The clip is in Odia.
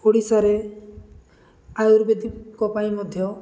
ଓଡ଼ିଶାରେ ଆୟୁର୍ବେଦିକଙ୍କ ପାଇଁ ମଧ୍ୟ